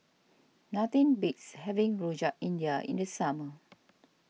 nothing beats having Rojak India in the summer